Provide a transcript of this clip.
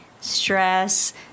stress